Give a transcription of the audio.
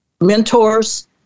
mentors